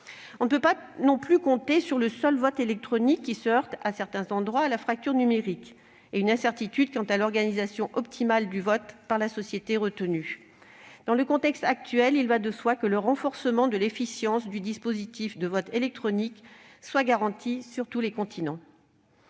On ne peut pas non plus compter sur le seul vote électronique, qui se heurte, en certains endroits, à la fracture numérique et à une incertitude quant à l'organisation optimale du vote par la société retenue. Dans le contexte actuel, cela va de soi, le renforcement de l'efficience du dispositif de vote électronique doit être garanti sur tous les continents.